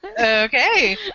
Okay